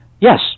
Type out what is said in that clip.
Yes